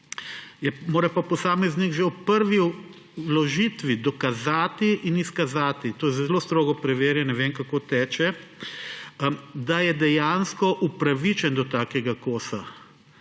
mora pa posameznik že ob prvi vložitvi dokazati in izkazati, to je zelo strogo preverjanje, vem, kako teče, da je dejansko upravičen do takega kosa.